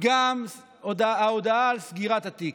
גם ההודעה על סגירת התיק.